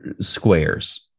squares